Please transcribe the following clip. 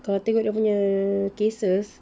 kalau tengok dia punya cases